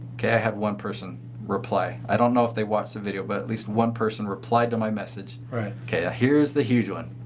okay? i have one person reply. i don't know if they watch the video but at least one person replied to my message. right. okay, here's the huge one.